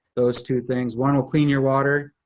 those two things, one'll clean your water,